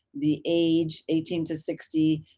the age eighteen to sixty,